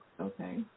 Okay